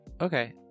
okay